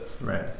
Right